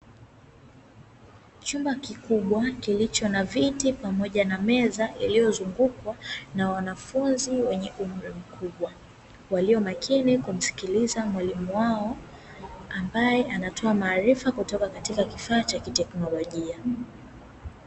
Chumba kikubwa kilicho na viti pamoja na meza iliyozungukwa na wanafunzi wenye umri mkubwa walio makini kumsikiliza mwalimu wao, ambaye anatoa maarifa kutoka katika kifaa cha kiteknolojia.